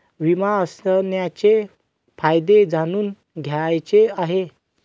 विमा असण्याचे फायदे जाणून घ्यायचे आहे